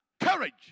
courage